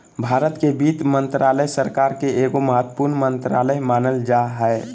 भारत के वित्त मन्त्रालय, सरकार के एगो महत्वपूर्ण मन्त्रालय मानल जा हय